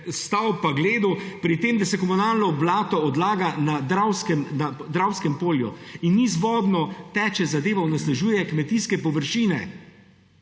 stal in gledal pri tem, da se komunalno blato odlaga na Dravskem polju in nizvodno teče zadeva, onesnažuje kmetijske površine